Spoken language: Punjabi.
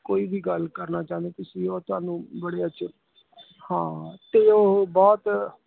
ਕੋਈ ਵੀ ਗੱਲ ਕਰਨਾ ਚਾਹੁੰਦੇ ਤੁਸੀਂ ਉਹ ਤੁਹਾਨੂੰ ਬੜੇ ਅੱਛੇ ਹਾਂ ਅਤੇ ਉਹ ਬਹੁਤ